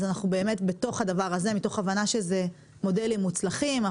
אנחנו בתוך הדבר הזה מתוך הבנה שזה מודלים מוצלחים.